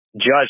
Judge